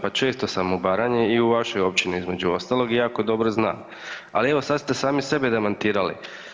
Pa često sam u Baranji i u vašoj općini između ostalog, i jako dobro znam, ali evo, sad ste sami sebe demantirali.